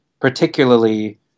particularly